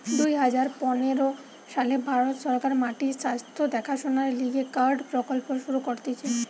দুই হাজার পনের সালে ভারত সরকার মাটির স্বাস্থ্য দেখাশোনার লিগে কার্ড প্রকল্প শুরু করতিছে